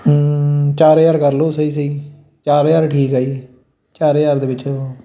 ਚਾਰ ਹਜ਼ਾਰ ਕਰ ਲਓ ਸਹੀ ਸਹੀ ਚਾਰ ਹਜ਼ਾਰ ਠੀਕ ਹੈ ਜੀ ਚਾਰ ਹਜ਼ਾਰ ਦੇ ਵਿੱਚ